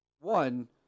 One